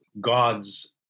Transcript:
gods